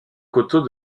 coteaux